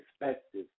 perspective